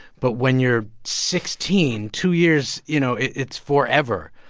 but when you're sixteen, two years you know, it's forever.